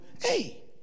hey